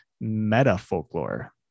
meta-folklore